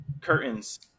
curtains